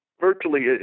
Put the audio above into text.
virtually